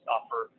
offer